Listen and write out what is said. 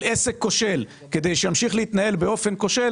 עסק כושל כדי שימשיך להתנהל באופן כושל,